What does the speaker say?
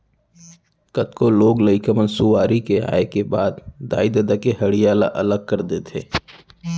कतको लोग लइका मन सुआरी के आए के बाद दाई ददा ले हँड़िया ल अलग कर लेथें